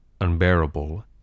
unbearable